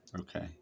Okay